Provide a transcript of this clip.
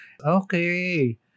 Okay